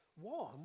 One